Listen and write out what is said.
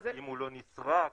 אם הוא לא נסרק,